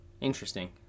interesting